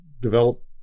develop